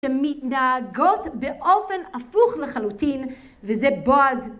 שמתנהגות באופן הפוך לחלוטין, וזה בועז